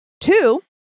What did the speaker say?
Two